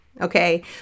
Okay